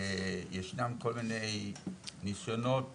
ישנם כל מיני ניסיונות